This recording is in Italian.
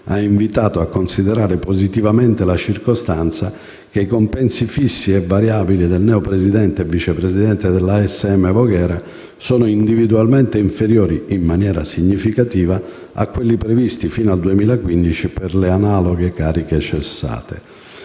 ha invitato a considerare positivamente la circostanza che i compensi fissi e variabili dei neopresidente e vicepresidente della ASM Voghera sono individualmente inferiori, in maniera significativa, a quelli previsti fino al 2015 per le analoghe cariche cessate.